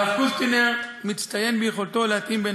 הרב קוסטינר מצטיין ביכולתו להתאים בין